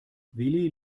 willi